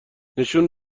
نشون